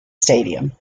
stadium